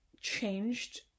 changed